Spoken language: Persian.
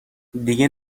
دیگه